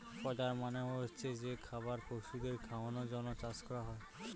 fodder মানে হচ্ছে যে খাবার পশুদের খাওয়ানোর জন্য চাষ করা হয়